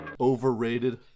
overrated